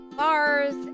Bars